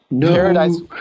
Paradise